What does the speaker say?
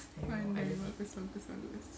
pandai buat